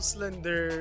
Slender